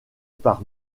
par